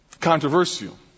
controversial